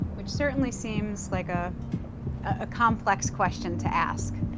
which certainly seems like a ah complex question to ask.